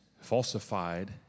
falsified